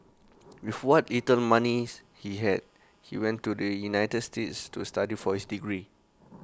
with what little money he had he went to the united states to study for his degree